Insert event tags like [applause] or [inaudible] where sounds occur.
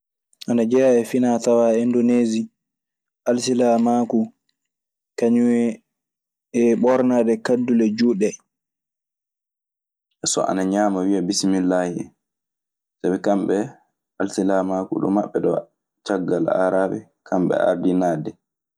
Anajea e fina tawa Indoneesii alsilamaku, kaŋum e ɓornade kadule juɗe. So ana ñaama wiya "Bismill [hesitation] i". Sabi kamɓe alsilamaaku ɗo maɓɓe ɗoo, caggal aaraaɓe, kamɓe ardii naatde.